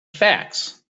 facts